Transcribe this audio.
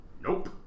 nope